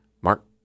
Mark